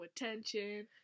attention